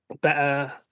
better